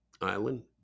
Island